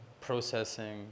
processing